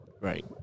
Right